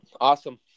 awesome